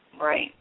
Right